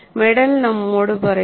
medal നമ്മോടു പറയുന്നു